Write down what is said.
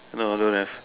no don't have